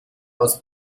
aus